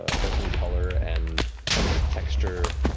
ah both in color and texture.